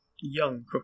young